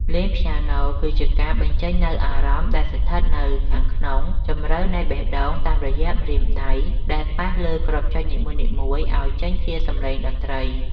លេងព្យ៉ាណូគឺជាការបញ្ចេញនូវអារម្មណ៍ដែលស្ថិតនៅខាងក្នុងជម្រៅនៃបេះដូងតាមរយៈម្រាមដៃដែលប៉ះលើគ្រាប់ចុចនីមួយៗឱ្យចេញជាសម្លេងតន្ត្រី។